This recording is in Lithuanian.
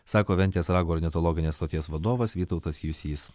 sako ventės rago ornitologinės stoties vadovas vytautas jusys